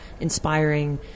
inspiring